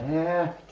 yeah